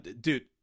dude